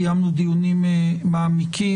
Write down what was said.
קיימנו דיונים מעמיקים.